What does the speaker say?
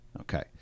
Okay